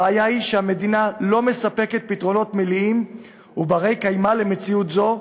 הבעיה היא שהמדינה לא מספקת פתרונות מלאים ובני-קיימא למציאות זו,